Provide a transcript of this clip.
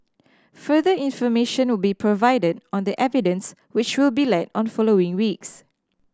further information will be provided on the evidence which will be led on following weeks